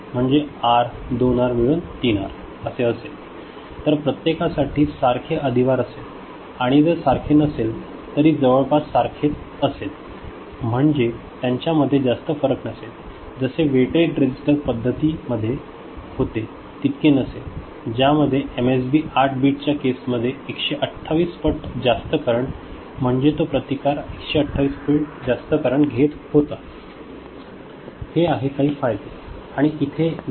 म्हणजे आर आणि 2 आर मिळून 3 आर असे असेल तर प्रत्येकासाठी सारखे अधिभार असेल आणि जर सारखे नसेल तरी जवळपास साखरेच असेल म्हणजे त्यांच्या मध्ये जास्त फरक नसेल जसे वेटेड रेसिस्टर पद्धती मध्ये होते तितके नसेल ज्या मध्ये एम एस बी 8 बीट च्या केस मध्ये 128 पट जास्त करंट म्हणजे तो प्रतिकार 128 पट करंट घेत होता हे आहेत काही फायदे आणि इथे 9